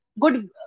good